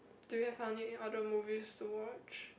do you have any other movies to watch